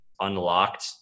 unlocked